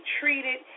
treated